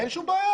אין שם בעיה,